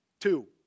two